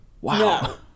wow